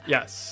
Yes